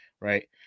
right